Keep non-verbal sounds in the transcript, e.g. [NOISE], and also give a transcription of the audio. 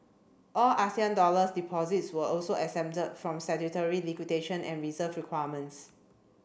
all Asian dollar deposits were also exempted from statutory [UNINTELLIGIBLE] and reserve requirements